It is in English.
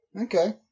Okay